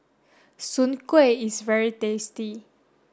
Soon Kway is very tasty